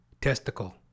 testicle